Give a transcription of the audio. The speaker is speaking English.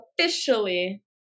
officially